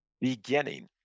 beginning